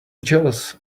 jealous